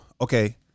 okay